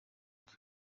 bwe